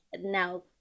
now